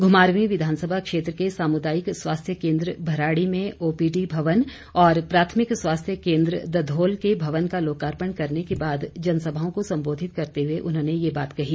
घुमारवीं विधानसभा क्षेत्र के सामुदायिक स्वास्थ्य केन्द्र भराड़ी में ओपीडी भवन और प्राथमिक स्वास्थ्य केन्द्र दघोल के भवन का लोकार्पण करने के बाद जनसभाओं को संबोधित करते हुए उन्होंने ये बात कही